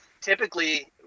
Typically